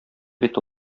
бит